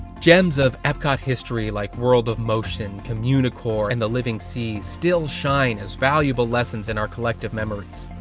gems of epcot history like world of motion, communicore, and the living seas still shine as valubable lessons in our collective memories.